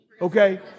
okay